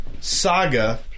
Saga